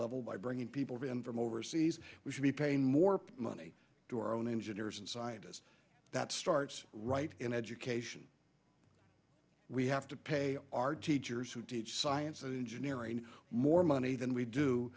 level by bringing people from overseas we should be paying more money to our own engineers and scientists that starts right in education we have to pay our teachers who teach science and engineering more money than we do